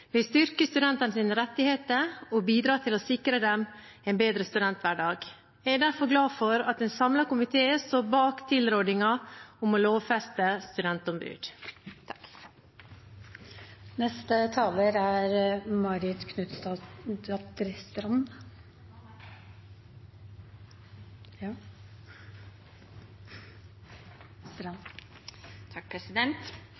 vil styrke studentenes rettigheter og bidra til å sikre dem en bedre studenthverdag. Jeg er derfor glad for at en samlet komité står bak tilrådingen om å lovfeste studentombud. Dette er